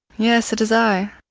yes, it is i.